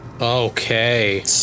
Okay